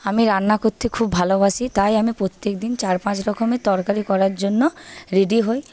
আমি রান্না করতে খুব ভালোবাসি তাই আমি প্রত্যেকদিন চার পাঁচরকমের তরকারি করার জন্য রেডি হই